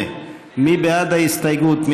8. מי בעד ההסתייגות?